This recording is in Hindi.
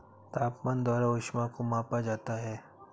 तापमान द्वारा ऊष्मा को मापा जाता है